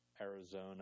Arizona